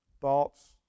Thoughts